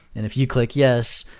and if you click yes,